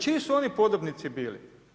Čiji su opni podobnici bili?